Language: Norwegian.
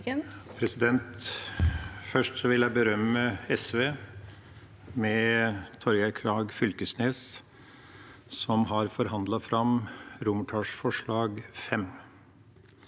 Først vil jeg berømme SV med Torgeir Knag Fylkesnes som har for handlet fram romertallsforslag V,